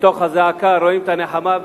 מתוך הזעקה רואים את הנחמה,